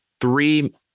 three